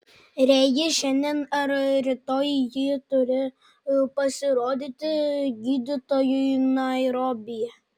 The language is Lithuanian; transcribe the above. regis šiandien ar rytoj ji turi pasirodyti gydytojui nairobyje